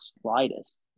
slightest